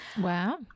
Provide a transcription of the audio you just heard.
Wow